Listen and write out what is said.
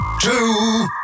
two